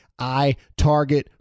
iTarget